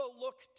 look